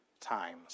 times